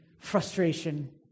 frustration